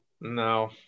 No